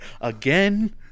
Again